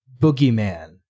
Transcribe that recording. boogeyman